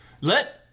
let